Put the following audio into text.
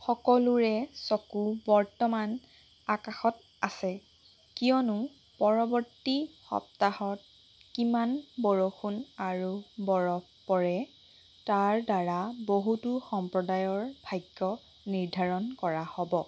সকলোৰে চকু বৰ্তমান আকাশত আছে কিয়নো পৰৱৰ্তী সপ্তাহত কিমান বৰষুণ আৰু বৰফ পৰে তাৰ দ্বাৰা বহুতো সম্প্ৰদায়ৰ ভাগ্য নিৰ্ধাৰণ কৰা হ'ব